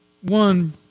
One